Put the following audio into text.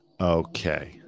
okay